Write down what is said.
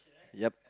yeap